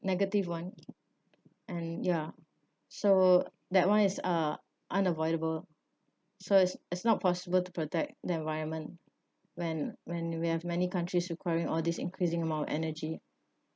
negative [one] and ya so that [one] is uh unavoidable so it's it's not possible to protect the environment when when we have many countries requiring all these increasing amount of energy